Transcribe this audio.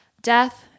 death